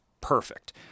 perfect